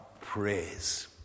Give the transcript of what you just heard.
praise